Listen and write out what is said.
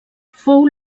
fou